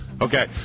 Okay